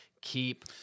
keep